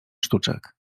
sztuczek